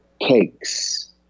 cakes